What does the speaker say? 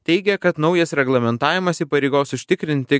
teigia kad naujas reglamentavimas įpareigos užtikrinti